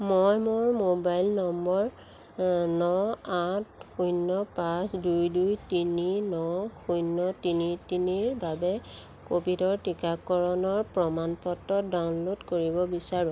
মই মোৰ mobile number ন আঠ শূন্য পাঁচ দুই দুই তিনি ন শূন্য তিনি তিনিৰ বাবে ক'ভিডৰ টীকাকৰণৰ প্ৰমাণ পত্ৰ ডাউনল'ড কৰিব বিচাৰোঁ